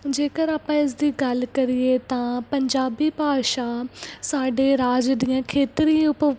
ਜੇਕਰ ਆਪਾਂ ਇਸਦੀ ਗੱਲ ਕਰੀਏ ਤਾਂ ਪੰਜਾਬੀ ਭਾਸ਼ਾ ਸਾਡੇ ਰਾਜ ਦੀਆਂ ਖੇਤਰੀ ਉੱਪ